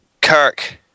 Kirk